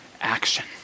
action